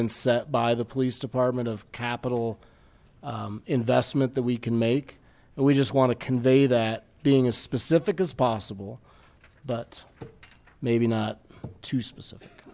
been set by the police department of capital investment that we can make and we just want to convey that being as specific as possible but maybe not too specific